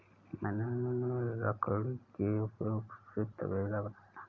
मैंने लकड़ी के उपयोग से तबेला बनाया